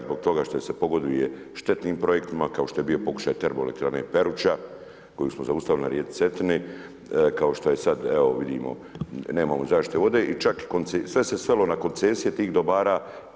Zbog toga što se pogoduje štetnim projektima kao što je bio pokušaj TE Peruća koju smo zaustavili na rijeci Cetini, kao što je sada vidimo nemamo zaštite vode i čak sve se svelo na koncesije tih dobara.